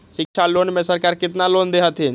शिक्षा लोन में सरकार केतना लोन दे हथिन?